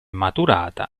maturata